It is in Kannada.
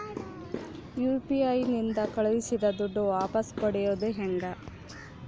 ಯು.ಪಿ.ಐ ನಿಂದ ಕಳುಹಿಸಿದ ದುಡ್ಡು ವಾಪಸ್ ಪಡೆಯೋದು ಹೆಂಗ?